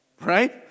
Right